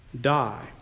die